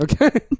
Okay